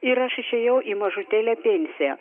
ir aš išėjau į mažutėlę pensiją